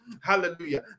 hallelujah